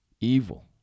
Evil